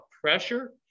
pressure